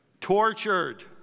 Tortured